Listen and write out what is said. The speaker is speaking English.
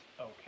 okay